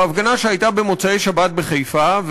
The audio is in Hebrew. בהפגנה שהייתה במוצאי-שבת בחיפה,